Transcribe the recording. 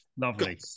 Lovely